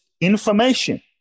information